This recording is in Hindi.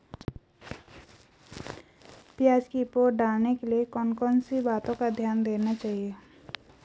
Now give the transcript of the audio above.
प्याज़ की पौध डालने के लिए कौन कौन सी बातों का ध्यान देना चाहिए?